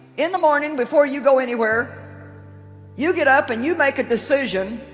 in the morning before you go anywhere you get up and you make a decision.